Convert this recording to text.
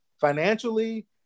financially